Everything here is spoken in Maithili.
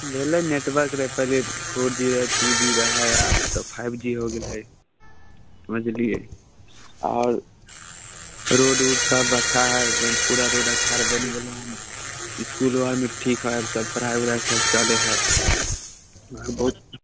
भेलै नेटवर्क रहै पहिले फोर जी रहै टू जी रहै आब तऽ फाइव जी हो गेलै समझलियै आओर रोड उड सभ अच्छा हइ पूरा रोड अच्छा आर बनि गेलै हँ इसकुल आरमे ठीक हइ सभ पढ़ाइ वढ़ाइ सभ चलै हइ हँ बहुत